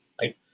right